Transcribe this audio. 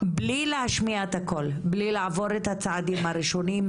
בלי להשמיע את הקול ובלי לעבור את הצעדים הראשוניים